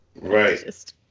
Right